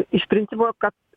iš principo kad